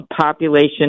population